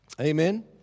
Amen